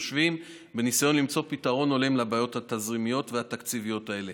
יושבים בניסיון למצוא פתרון הולם לבעיות התזרימיות והתקציביות האלה.